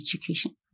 education